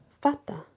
fata